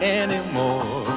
anymore